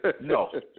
No